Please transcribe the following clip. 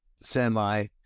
semi